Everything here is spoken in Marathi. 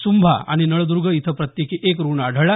सुंभा आणि नळद्र्ग इथं प्रत्येकी एक रुग्ण आढळाला